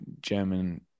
German